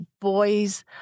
boys